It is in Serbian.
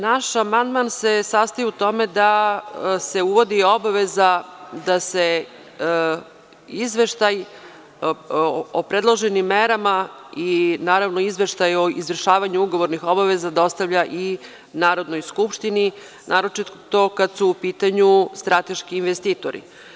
Naš amandman se sastoji u tome da se uvodi obaveza da se izveštaj o predloženim merama i naravno izveštaj o izvršavanju ugovornih obaveza dostavlja i Narodnoj skupštini, naročito kad su u pitanju strateški investitori.